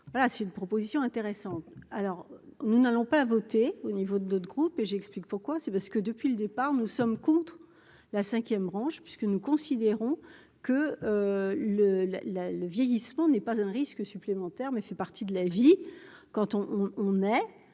c'est une proposition intéressante, alors nous n'allons pas voter au niveau de, de, de groupes et j'explique pourquoi, c'est parce que depuis le départ, nous sommes contre la 5ème, branche puisque nous considérons que le la, la, le vieillissement n'est pas un risque supplémentaire mais fait partie de la vie quand on on